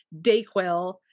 DayQuil